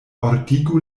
ordigu